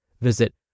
Visit